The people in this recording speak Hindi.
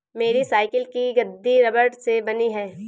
मेरी साइकिल की गद्दी रबड़ से बनी है